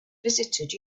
visited